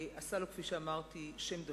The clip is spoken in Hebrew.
ועשה לו, כפי שאמרתי, שם דבר.